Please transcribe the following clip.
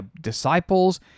disciples